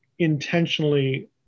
intentionally